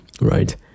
right